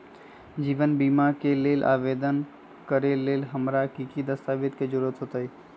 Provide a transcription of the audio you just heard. जीवन बीमा के लेल आवेदन करे लेल हमरा की की दस्तावेज के जरूरत होतई?